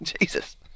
Jesus